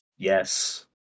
Yes